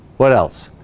what else